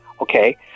okay